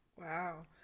Wow